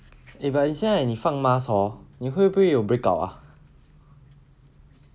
eh but 你现在你放 mask hor 你会不会有 break out ah